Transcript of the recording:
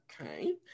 okay